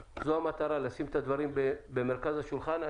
המטרה היא לשים את הדברים במרכז השולחן.